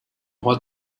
what